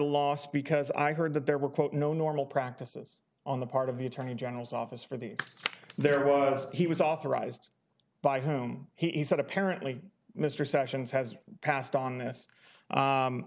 loss because i heard that there were quote no normal practices on the part of the attorney general's office for the there was he was authorized by whom he said apparently mr sessions has passed on this